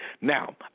now